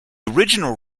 original